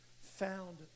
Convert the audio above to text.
found